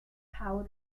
power